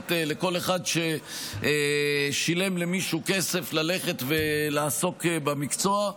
מאפשרת לכל אחד ששילם למישהו כסף ללכת ולעסוק במקצוע.